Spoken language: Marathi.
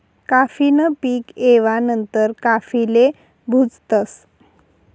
काफी न पीक येवा नंतर काफीले भुजतस